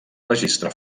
registre